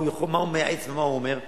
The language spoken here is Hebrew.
מה הוא מייעץ ומה הוא אומר.